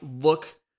look